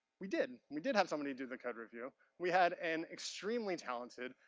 we did. we did have somebody do the code review. we had an extremely talented,